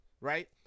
right